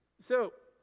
so,